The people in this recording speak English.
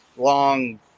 long